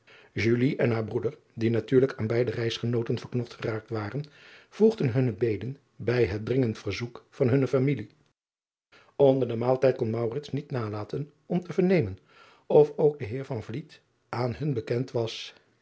en haar broeder die natuurlijk aan beide reisgenooten verknocht geraakt waren voegden hunne beden bij het dringend verzoek van hunne familie nder den maaltijd kon niet halaten om te vernemen of ook de eer aan hun bekend was